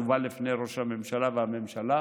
יובא בפני ראש הממשלה והממשלה,